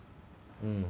mm